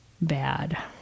bad